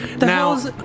Now